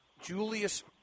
Julius